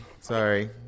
Sorry